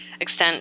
extent